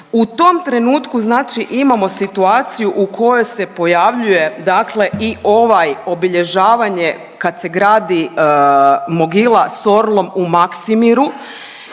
U tom trenutku znači imamo situaciju u kojoj se pojavljuje dakle i ovaj obilježavanje kad se gradi mogila s orlom u Maksimiru,